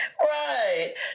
Right